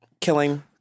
Killing